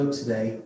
today